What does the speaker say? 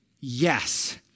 Yes